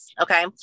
Okay